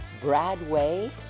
Bradway